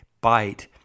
bite